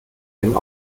dem